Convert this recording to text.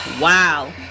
wow